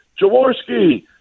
Jaworski